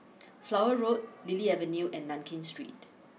Flower Road Lily Avenue and Nankin Street